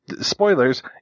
spoilers